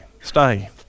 stay